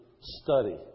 study